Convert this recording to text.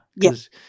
Yes